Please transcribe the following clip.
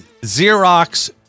Xerox